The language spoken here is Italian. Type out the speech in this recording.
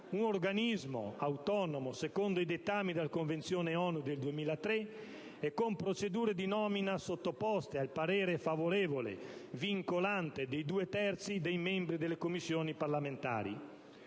un organismo autonomo, secondo i dettami della Convenzione ONU del 2003, e con procedure di nomina sottoposte al parere favorevole vincolante dei due terzi dei membri delle Commissioni parlamentari.